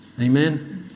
Amen